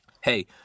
hey